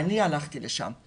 אני הלכתי לשם.